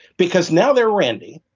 because, now they were, and